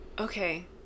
Okay